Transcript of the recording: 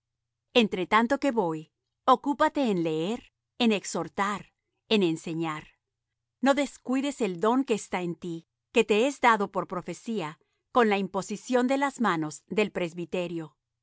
entre tanto que voy ocúpate en leer en exhortar en enseñar no descuides el don que está en ti que te es dado por profecía con la imposición de las manos del presbiterio